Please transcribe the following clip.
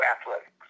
athletics